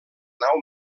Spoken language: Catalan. nau